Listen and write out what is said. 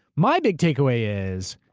my big takeaway is,